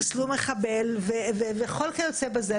חיסלו מחבל וכיוצא בזה,